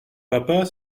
papa